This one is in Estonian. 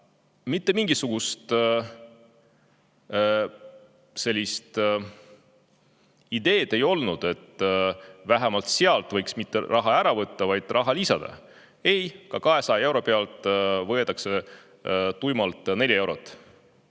mitte mingisugust sellist ideed, et vähemalt sealt võiks mitte raha ära võtta, vaid sinna raha lisada. Ei! Ka 200 euro pealt võetakse tuimalt 4 eurot